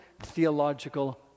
theological